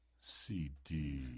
CD